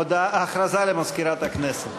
הודעה למזכירת הכנסת.